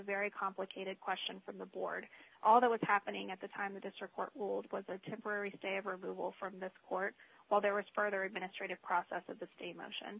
very complicated question from the board all that was happening at the time the district court ruled was a temporary stay ever will from this court while there was further administrative process at the state motion